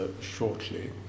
shortly